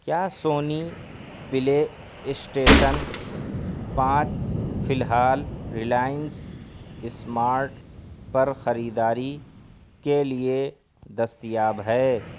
کیا Sony PlayStation پانچ فی الحال ریلائنس اسمارٹ پر خریداری کے لیے دستیاب ہے